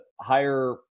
higher